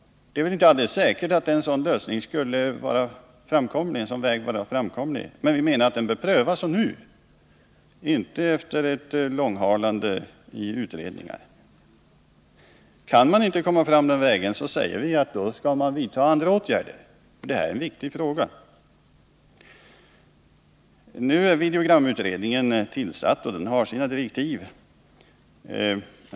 Det är väl inte alldeles säkert att en sådan väg skulle vara framkomlig, men vi menar att den bör prövas och att det bör ske nu — inte efter ett långhalande i utredningar. Om man inte kan komma fram den vägen anser vi att man skall vidta andra åtgärder, för detta är en viktig fråga. Nu är videogramutredningen tillsatt, och den har sina direktiv.